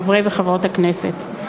חברי וחברות הכנסת,